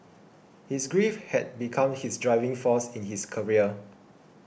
his grief had become his driving force in his career